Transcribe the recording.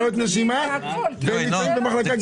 ובעיות נשימה ונמצאים במחלקה גריאטרית.